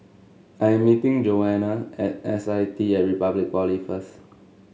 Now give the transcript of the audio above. I am meeting Joanna at S I T at Republic Polytechnic first